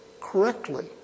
correctly